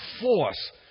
force